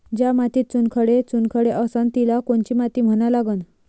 ज्या मातीत चुनखडे चुनखडे असन तिले कोनची माती म्हना लागन?